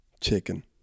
chicken